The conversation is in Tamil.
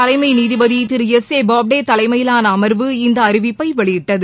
தலைமை நீதிபதி திரு எஸ் ஏ போப்டே தலைமையிலான அம்வு இந்த அறிவிப்பை வெளியிட்டது